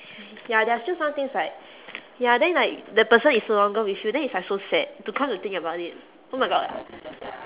ya there are still some things like ya then like the person is no longer with you then it's like so sad to come to think about it oh my god lah